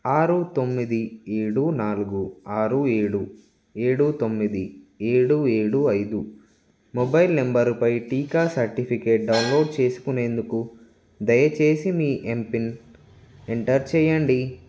ఆరు తొమ్మిది ఏడు నాలుగు ఆరు ఏడు ఏడు తొమ్మిది ఏడు ఏడు ఐదు మొబైల్ నంబరుపై టీకా సర్టిఫికేట్ డౌన్లోడ్ చేసుకునేందుకు దయచేసి మీ ఎంపిన్ ఎంటర్ చేయండి